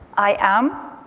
i am,